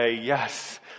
yes